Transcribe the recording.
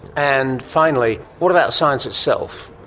and finally, what about science itself?